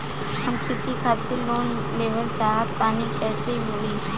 हम कृषि खातिर लोन लेवल चाहऽ तनि कइसे होई?